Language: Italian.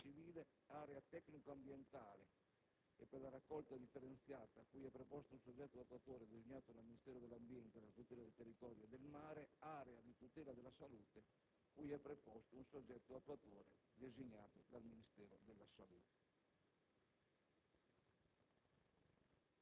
designato dalla Presidenza del Consiglio, dipartimento Protezione civile; area tecnico-ambientale e per la raccolta differenziata, cui è preposto un soggetto attuatore designato dal Ministero dell'ambiente e della tutela del territorio e del mare; area di tutela della salute, cui è preposto un soggetto attuatore designato dal Ministero della salute.